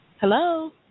Hello